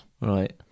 Right